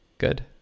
Good